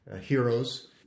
heroes